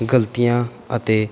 ਗਲਤੀਆਂ ਅਤੇ